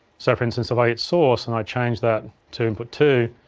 so for instance if i hit source and i change that to input two,